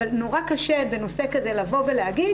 אבל נורא קשה בנושא כזה לבוא ולהגיד